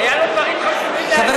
היו לו דברים חשובים להגיד, הפריעו לו.